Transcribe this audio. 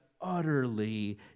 utterly